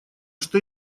что